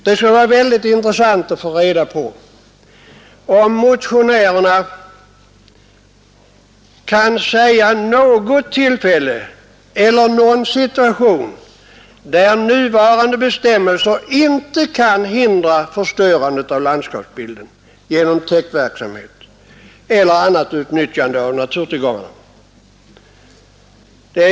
Det skulle vara synnerligen intressant att få reda på om motionärerna kan ange någon situation, där myndigheterna med nuvarande bestämmelser inte kan hindra förstöring av landskapsbilden genom täktverksamhet eller annat utnyttjande av naturtillgångarna.